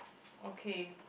okay